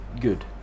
good